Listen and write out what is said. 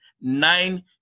nine